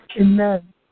Amen